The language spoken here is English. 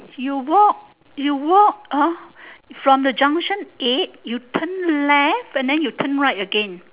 you walk you walk uh from the junction-eight you turn left and then you turn right again